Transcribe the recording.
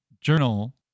journal